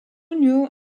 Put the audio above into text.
new